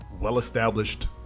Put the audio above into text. well-established